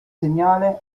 segnale